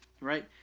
right